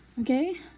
Okay